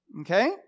Okay